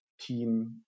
team